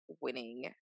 winning